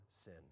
sin